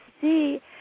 see